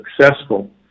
successful